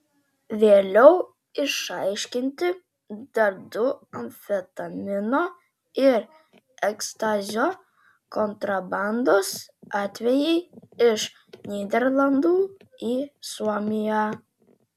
vėliau išaiškinti dar du amfetamino ir ekstazio kontrabandos atvejai iš nyderlandų į suomiją